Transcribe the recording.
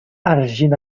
арҫын